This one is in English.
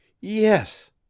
Yes